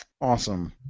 Awesome